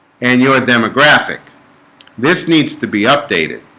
and your demographic this needs to be updated,